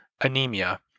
anemia